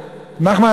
נחמן,